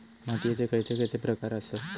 मातीयेचे खैचे खैचे प्रकार आसत?